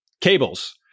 cables